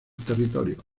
territorio